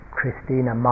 Christina